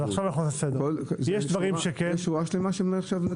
יש שורה שלמה של דברים.